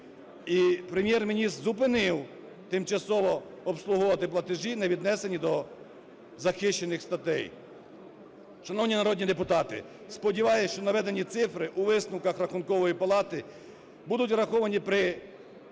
Прем’єр-міністр зупинив тимчасово обслуговувати платежі, не віднесені до захищених статей. Шановні народні депутати, сподіваюся, що наведені цифри у висновках Рахункової палати будуть враховані при виконанні